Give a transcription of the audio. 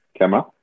camera